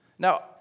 Now